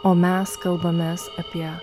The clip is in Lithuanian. o mes kalbamės apie